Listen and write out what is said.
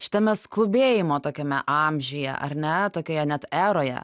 šitame skubėjimo tokiame amžiuje ar ne tokioje net eroje